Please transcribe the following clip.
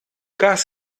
gas